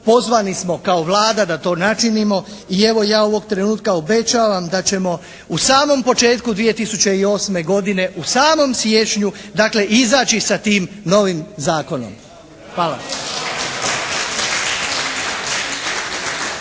pozvani smo kao Vlada da to načinimo i evo ja ovog trenutka obećavam da ćemo u samom početku 2008. godine, u samom siječnju dakle izaći sa tim novim zakonom. Hvala.